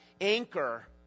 anchor